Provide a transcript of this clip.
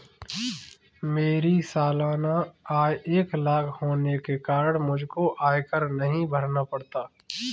मेरी सालाना आय एक लाख होने के कारण मुझको आयकर नहीं भरना पड़ता